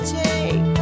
take